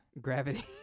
gravity